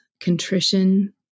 contrition